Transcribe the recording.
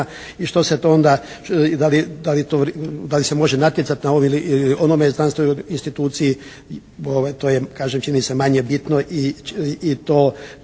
i što se to onda, da li se može natjecati na ovoj ili onome znanstvenoj instituciji, to je kažem čini mi se manje bitno i to